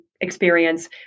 experience